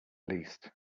least